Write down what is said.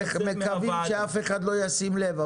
ומקווים שאף אחד לא ישים לב,